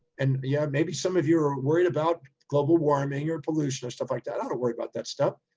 and yeah, maybe some of you are worried about global warming or pollution or stuff like that. i don't worry about that stuff.